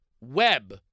web